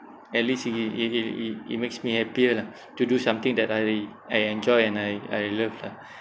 at least it it it it it it makes me happier lah to do something that I I enjoy and I I love lah